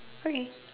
okay